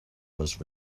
was